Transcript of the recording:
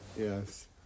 Yes